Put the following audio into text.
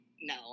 no